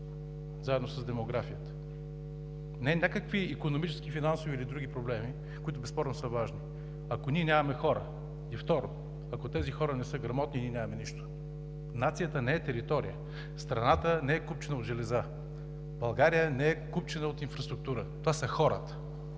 заедно с демографията, не някакви икономически, финансови или други проблеми, които безспорно са важни. Ако ние нямаме хора, и второ, ако тези хора не са грамотни, ние нямаме нищо. Нацията не е територия. Страната не е купчина от железа. България не е купчина от инфраструктура. Това са хората.